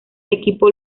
equipo